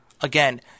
Again